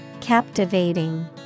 Captivating